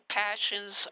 passions